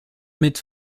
mit